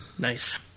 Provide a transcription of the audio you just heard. Nice